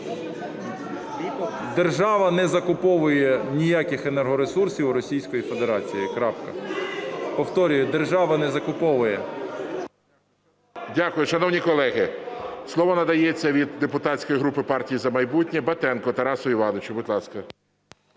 Держава не закуповує ніяких енергоресурсів у Російської Федерації, крапка. Повторюю, держава не закуповує. ГОЛОВУЮЧИЙ. Дякую. Шановні колеги, слово надається від депутатської групи "Партія "За майбутнє" Батенку Тарасу Івановичу. Будь ласка.